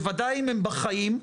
בוודאי אם הם בחיים,